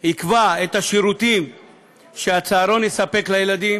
יקבע גם את השירותים שהצהרון יספק לילדים,